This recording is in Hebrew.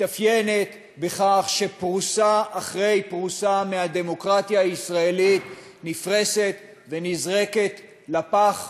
מתאפיינת בכך שפרוסה אחרי פרוסה מהדמוקרטיה הישראלית נפרסת ונזרקת לפח,